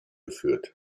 geführt